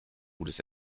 gutes